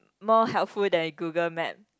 more helpful than a Google Map